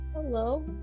Hello